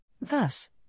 Thus